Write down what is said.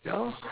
ya lor